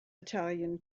italian